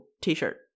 t-shirt